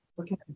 okay